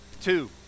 two